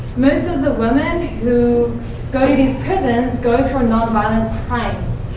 most of the women who go to these prisons go for non-violent crimes,